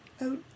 Oh